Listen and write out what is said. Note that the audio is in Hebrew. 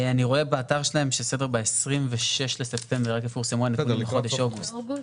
אני רואה באתר שלהם שב-26 בספטמבר רק יפורסמו הנתונים לחודש אוגוסט.